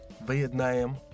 Vietnam